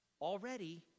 Already